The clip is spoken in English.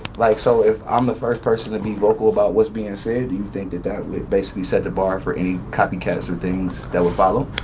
like so if i'm the first person to be vocal about what's being said, do you think that that will basically set the bar for any copycats or things that will follow?